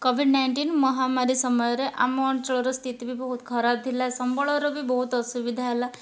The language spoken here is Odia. କୋଭିଡ୍ ନାଇଣ୍ଟିନ୍ ମହାମାରୀ ସମୟରେ ଆମ ଅଞ୍ଚଳର ସ୍ଥିତି ବି ବହୁତ ଖରାପ ଥିଲା ସମ୍ବଳର ବି ବହୁତ ଅସୁବିଧା ହେଲା